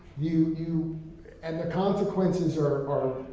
you, you and the consequences are,